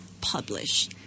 publish